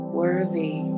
worthy